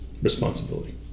responsibility